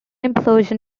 implosion